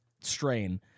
strain